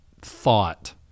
thought